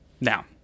Now